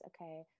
okay